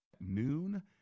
noon